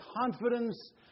confidence